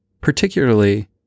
particularly